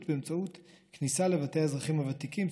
באמצעות כניסה לבתי האזרחים הוותיקים,